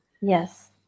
yes